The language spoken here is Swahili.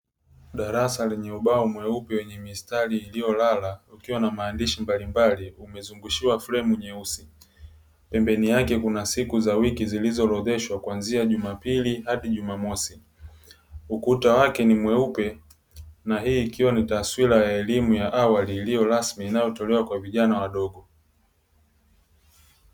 Darasa lenye ubao mweupe wenye mstari uliolala ukiwa na maandishi mbalimbali umezungushiwa fremu nyeusi. Pembeni yake, kuna siku za wiki zilizoorodheshwa kwanzia jumapili hadi jumamosi, ukuta wake ni mweupe na hii ikiwa ni taswira ya elimu ya awali iliyo rasmi inayotolewa kwa vijana wadogo.